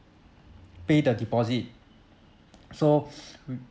pay the deposit so we